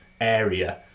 area